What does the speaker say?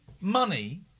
money